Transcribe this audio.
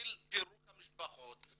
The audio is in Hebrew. מתחיל פירוק המשפחות.